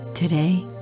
Today